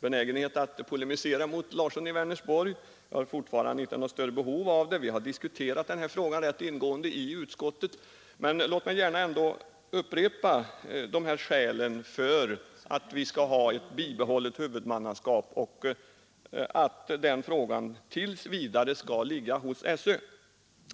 benägenhet att polemisera mot herr Larsson i Vänersborg, och det har jag fortfarande inte något större behov av. Vi har diskuterat denna fråga ganska ingående i utskottet. Men låt mig ändå upprepa skälen för att vi skall bibehålla huvudmannaskapet där det nu är och att detta tills vidare skall ligga hos skolöverstyrelsen.